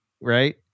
right